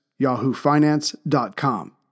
YahooFinance.com